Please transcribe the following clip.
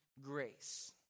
grace